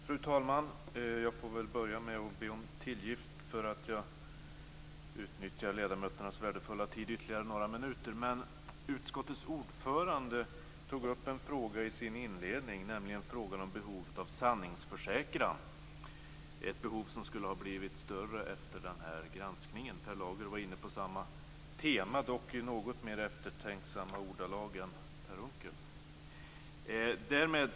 Fru talman! Jag får börja med att be om tillgift för att jag utnyttjar ledamöternas värdefulla tid ytterligare några minuter. Utskottets ordförande tog upp en fråga i sin inledning, nämligen frågan om behovet av sanningsförsäkran, ett behov som skulle ha blivit större efter den här granskningen. Per Lager var inne på samma tema, dock i något mer eftertänksamma ordalag än Per Unckel.